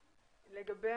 לגבי